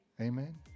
Amen